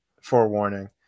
forewarning